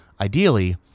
Ideally